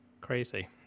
crazy